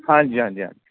ਹਾਂਜੀ ਹਾਂਜੀ ਹਾਂਜੀ